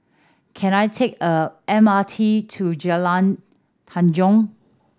can I take a M R T to Jalan Tanjong